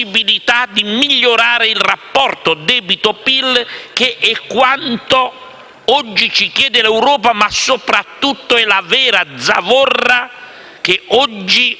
di migliorare il rapporto debito-PIL che è quanto oggi ci chiede l'Europa ma soprattutto è la vera zavorra che frena